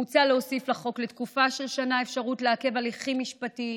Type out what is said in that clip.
מוצע להוסיף לחוק לתקופה של שנה אפשרות לעכב הליכים משפטיים